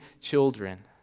children